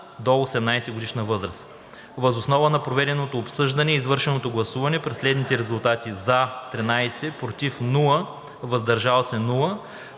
до 18-годишна възраст. Въз основа на проведеното обсъждане и извършеното гласуване при следните резултати: „за“ – 13, без „против“ и „въздържал се“,